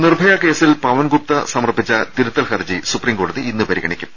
നിർഭയ കേസിൽ പവൻഗുപ്ത സമർപ്പിച്ച തിരുത്തൽ ഹർജി സുപ്രീം കോടതി ഇന്നു പരിഗണിക്കും